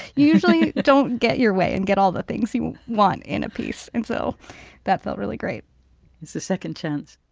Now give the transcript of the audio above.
you usually don't get your way and get all the things you want in a piece. and so that felt really great it's the second chance